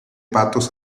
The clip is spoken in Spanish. patos